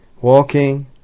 Walking